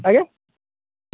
ଆଜ୍ଞା